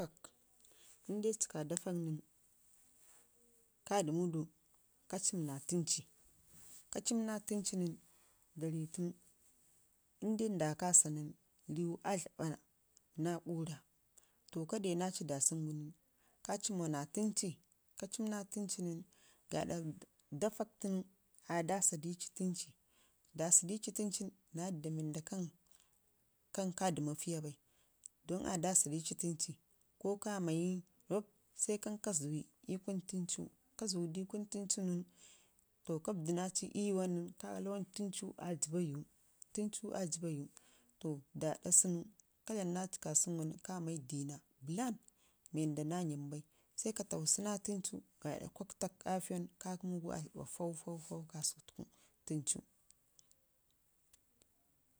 lnde ci ka daafak nən ka ɗumudu ka ciim na tənci lnde nda kassa nən ka dumu ka ciim na tənci gaaɗa daafak tunu, a dassa dici tənci, dassu dici təncin na yadda wanda kan kaji maafiya ɓai don aa dassa dici tənci ko kamayi robb 4an ka zuwuyi ɗun təncigu, ka zuwadi kuri tənci gun to ka vəddu naci ii yuwan nən ka lawan təncuwa aa jibba yuu, təncu aa jibba yuu tə ga sunu ka dlam naci kasunu nən kamai diina bəlan mii oranda naa yəm bai sai ka fagshi na təncuu guɗa kirakfak a fuyau nən aa jibba fau fau kasutu təncuw.